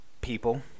people